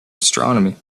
astronomy